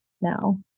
now